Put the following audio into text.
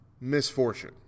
misfortune